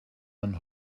man